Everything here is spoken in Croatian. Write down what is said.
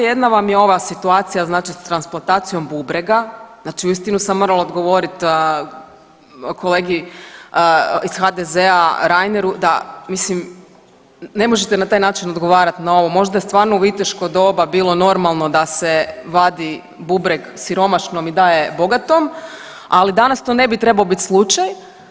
Jedna vam je ova situacija s transplantacijom bubrega, znači uistinu sam morala odgovorit kolegi iz HDZ-a Reineru, mislim ne možete na taj način odgovarati na ovo, možda je stvarno u viteško doba bilo normalno da se vadi bubreg siromašnom i daje bogatom, ali danas to ne bi trebao biti slučaj.